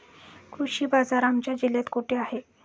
कृषी बाजार आमच्या जिल्ह्यात कुठे आहे?